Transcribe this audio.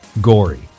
gory